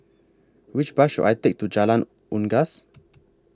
Which Bus should I Take to Jalan Unggas